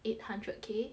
eight hundred K